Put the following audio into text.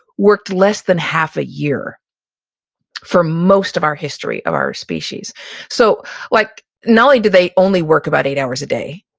worked less than half a year for most of our history of our species so like not only did they only work about eight hours a day,